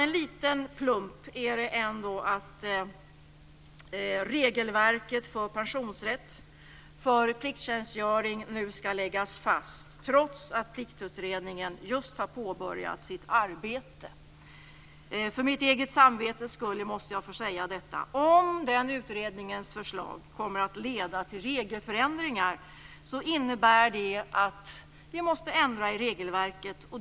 En liten plump är att regelverket för pensionsrätt för plikttjänstgöring nu skall läggas fast trots att Pliktutredningen just har påbörjat sitt arbete. Jag måste få säga detta för mitt eget samvetes skull: Om förslagen från den utredningen kommer att leda till regelförändringar, innebär det att vi måste ändra i regelverket.